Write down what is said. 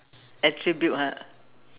attribute ah